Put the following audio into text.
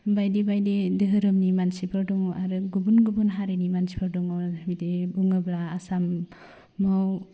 बायदि बायदि दोहोरोमनि मानसिफोर दं आरो गुबुन गुबुन हारिनि मानसिफोर दं बिदि बुङोब्ला आसामआव